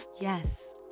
Yes